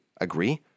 agree